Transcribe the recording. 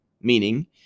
meaning